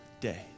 day